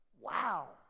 Wow